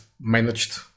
managed